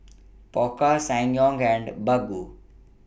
Pokka Ssangyong and Baggu